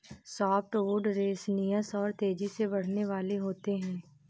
softwood resinous और तेजी से बढ़ने वाले होते हैं